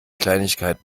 kleinigkeit